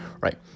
right